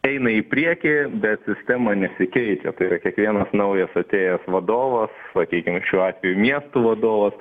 eina į priekį bet sistema nesikeičia tai yra kiekvienas naujas atėjęs vadovas sakykim šiuo atveju miestų vadovas